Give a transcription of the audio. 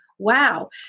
wow